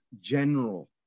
general